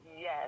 Yes